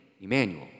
Emmanuel